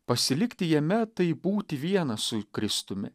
pasilikti jame tai būti vienas su kristumi